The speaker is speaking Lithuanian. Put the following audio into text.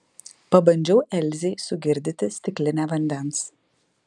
pabandžiau elzei sugirdyti stiklinę vandens